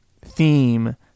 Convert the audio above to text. theme